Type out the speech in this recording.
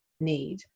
need